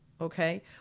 Okay